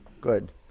good